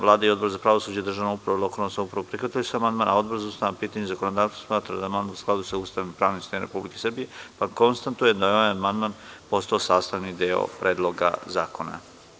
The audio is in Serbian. Vlada i Odbor za pravosuđe, državnu upravu i lokalnu samoupravu prihvatili su amandman, a Odbor za ustavna pitanja i zakonodavstvo smatra da je amandman u skladu sa Ustavom i pravnim sistemom Republike Srbije, pa konstatujem da je ovaj amandman postao sastavni deo Predloga zakona.